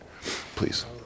Please